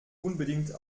unbedingt